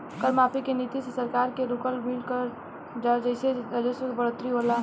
कर माफी के नीति से सरकार के रुकल कर मिल जाला जेइसे राजस्व में बढ़ोतरी होला